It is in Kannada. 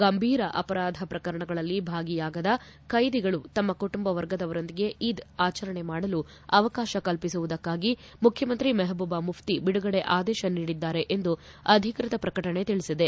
ಗಂಭೀರ ಅಪರಾಧ ಪ್ರಕರಣಗಳಲ್ಲಿ ಭಾಗಿಯಾಗದ ಕೈದಿಗಳು ತಮ್ಮ ಕುಟುಂಬ ವರ್ಗದವರೊಂದಿಗೆ ಈದ್ ಆಚರಣೆ ಮಾಡಲು ಅವಕಾತ ಕಲ್ಪಿಸುವುದಕ್ಕಾಗಿ ಮುಖ್ಚಮಂತ್ರಿ ಮೆಹಬೂಬ ಮುಖ್ಚಿ ಬಿಡುಗಡೆ ಆದೇಶ ನೀಡಿದ್ದಾರೆ ಎಂದು ಅಧಿಕೃತ ಪ್ರಕಟಣೆ ತಿಳಿಸಿದೆ